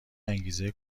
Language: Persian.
انگیزه